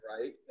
right